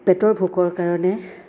পেটৰ ভোকৰ কাৰণে